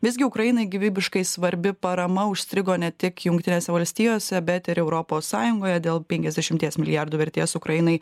visgi ukrainai gyvybiškai svarbi parama užstrigo ne tik jungtinėse valstijose bet ir europos sąjungoje dėl penkiasdešimties milijardų vertės ukrainai